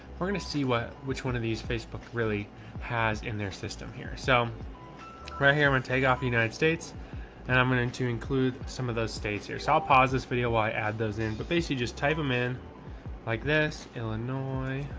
we're gonna see what, which one of these facebook really has in their system here. so right here i'm gonna and take off the united states and i'm going and to include some of those states here. so i'll pause this video, why add those in? but basically just type them in like this, illinois.